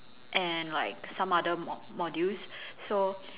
and like some other mod~ modules so